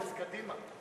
אז קדימה.